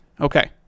okay